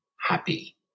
happy